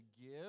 give